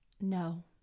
No